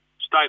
State